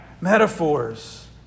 metaphors